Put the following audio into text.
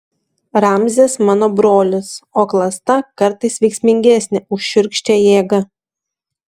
ramzis mano brolis o klasta kartais veiksmingesnė už šiurkščią jėgą